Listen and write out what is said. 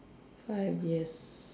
five years